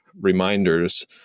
reminders